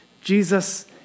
Jesus